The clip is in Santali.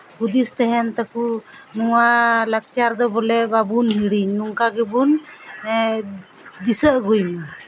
ᱦᱩᱫᱤᱥ ᱛᱟᱦᱮᱱ ᱛᱟᱠᱚ ᱱᱚᱣᱟ ᱞᱟᱠᱪᱟᱨ ᱫᱚ ᱵᱚᱞᱮ ᱵᱟᱵᱚᱱ ᱦᱤᱲᱤᱧ ᱚᱱᱠᱟ ᱜᱮᱵᱚᱱ ᱫᱤᱥᱟᱹ ᱟᱹᱜᱩᱭᱼᱢᱟ